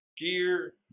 gear